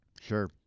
Sure